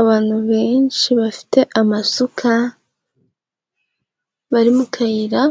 Abantu benshi, bafite amasuka. Bari mu kayira,